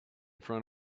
front